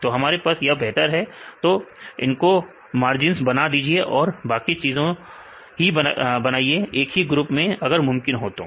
तो हमारे पास यह बेहतर है तो इनको मार्जिन बना दीजिए और बाकी चीजें ही बनाइए एक ही ग्रुप में अगर मुमकिन हो तो